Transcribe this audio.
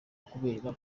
kubera